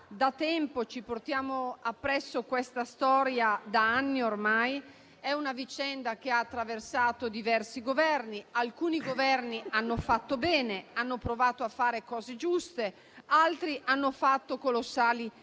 Ilva. Ci portiamo appresso questa storia ormai da anni. È una vicenda che ha attraversato diversi Governi. Alcuni Governi hanno fatto bene, hanno provato a fare cose giuste, altri hanno fatto colossali errori.